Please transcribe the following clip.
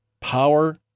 Power